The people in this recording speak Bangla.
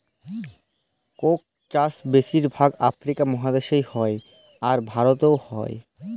কোক চাষ বেশির ভাগ আফ্রিকা মহাদেশে হ্যয়, আর ভারতেও হ্য়য়